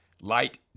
light